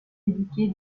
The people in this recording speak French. éduqué